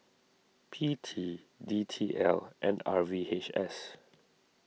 P T D T L and R V H S